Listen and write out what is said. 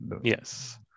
yes